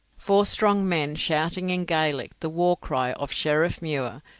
four strong men, shouting in gaelic the war-cry of sheriffmuir,